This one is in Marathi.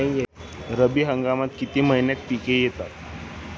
रब्बी हंगामात किती महिन्यांत पिके येतात?